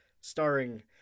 starring